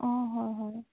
অঁ হয় হয়